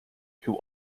who